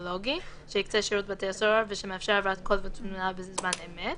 טכנולוגי שיקצה שירות בתי הסוהר ושמאפשר העברת קול ותמונה בזמן אמת,